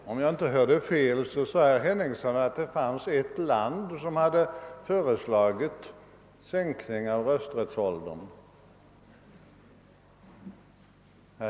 Herr talman! Om jag inte hörde fel sade herr Henningsson att det fanns ett land som hade föreslagit en sänkning av rösträttsåldern.